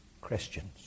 Christians